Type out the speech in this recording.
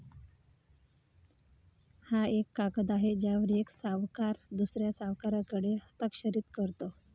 हा एक कागद आहे ज्यावर एक सावकार दुसऱ्या सावकाराकडे हस्तांतरित करतो